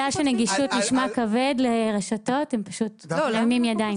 להלן תרגומם: בגלל שנגישות נשמע כבד לרשתות הם פשוט מרימים ידיים).